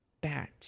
bat